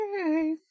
Okay